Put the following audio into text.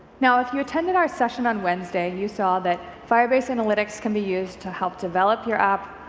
now, if you attended our session on wednesday, you saw that firebase analytics can be used to help develop your app,